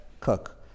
cook